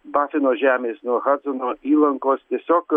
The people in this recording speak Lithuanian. bafino žemės nuo hadsono įlankos tiesiog